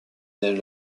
naît